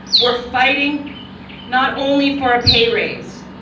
we're fighting not only for a pay raise,